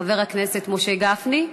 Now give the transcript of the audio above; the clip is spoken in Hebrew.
חבר הכנסת משה גפני,